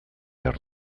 behar